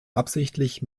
absichtlich